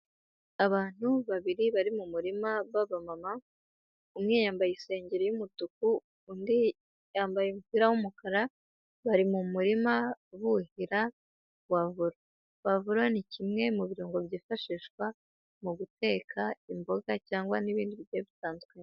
Abantu babiri bari mu murima b'abamama, umwe yambaye isengeri y'umutuku undi yambaye umupira w'umukara, bari mu murima buhira pavuro. Pavuro ni kimwe mu birungo byifashishwa mu guteka imboga cyangwa n'ibindi bigiye bitandukanye.